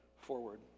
forward